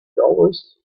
dollars